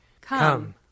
Come